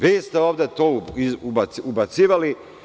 Vi ste ovde to ubacivali.